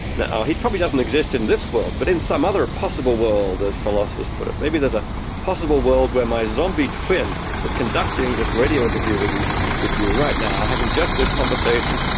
now, he probably doesn't exist in this world, but in some other possible world, as philosophers put it. maybe there's a possible world where my zombie twin is conducting this radio interview with with you right now, having just this conversation,